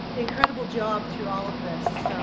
incredible job through all of this. so,